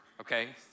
okay